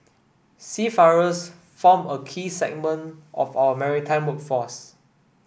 seafarers form a key segment of our maritime workforce